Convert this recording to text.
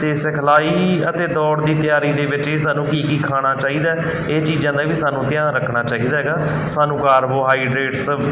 ਅਤੇ ਸਿਖਲਾਈ ਅਤੇ ਦੌੜ ਦੀ ਤਿਆਰੀ ਦੇ ਵਿੱਚ ਹੀ ਸਾਨੂੰ ਕੀ ਕੀ ਖਾਣਾ ਚਾਹੀਦਾ ਇਹ ਚੀਜ਼ਾਂ ਦਾ ਵੀ ਸਾਨੂੰ ਧਿਆਨ ਰੱਖਣਾ ਚਾਹੀਦਾ ਹੈਗਾ ਸਾਨੂੰ ਕਾਰਬੋਹਾਈਡਰੇਟਸ